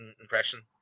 impression